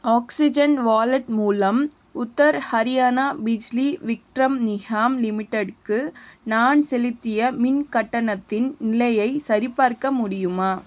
oxygen wallet மூலம் உத்தர் ஹரியானா பிஜ்லி விட்ரம் நிகாம் லிமிட்டெட்க்கு நான் செலுத்திய மின் கட்டணத்தின் நிலையைச் சரிபார்க்க முடியுமா